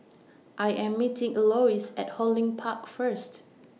I Am meeting Elois At Hong Lim Park First